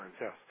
yes